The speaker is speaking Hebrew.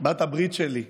בת הברית שלי,